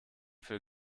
für